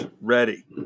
ready